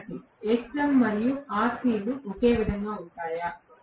విద్యార్థి Xm మరియు Rc ఒకే విధంగా ఉంటాయా